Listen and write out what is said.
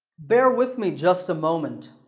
bear with me just a moment.